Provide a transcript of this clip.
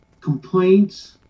Complaints